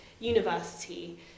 university